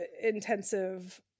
intensive